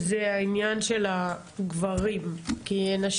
כן, כן.